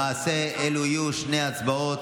למעשה, אלה יהיו שתי הצבעות.